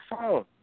phone